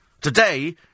Today